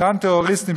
אותם טרוריסטים,